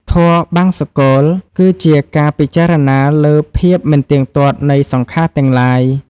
ធម៌បង្សុកូល គឺជាការពិចារណាលើភាពមិនទៀងទាត់នៃសង្ខារទាំងឡាយ។